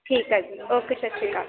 ਠੀਕ ਹੈ ਜੀ ਓਕੇ ਸਤਿ ਸ਼੍ਰੀ ਅਕਾਲ